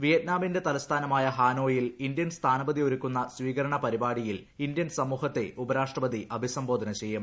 വിയറ്റ്നാമിന്റെ തലസ്ഥാനമായ ഹാന്യോയിൽ ഇന്ത്യൻ സ്ഥാനപതി ഒരുക്കുന്ന സ്വീകരണ പരിപാടിയിൽ ഇന്ത്യൻ സമൂഹത്തെ ഉപരാഷ്ട്രപതി അഭിസംബോധന്റ് ച്ചെയ്യും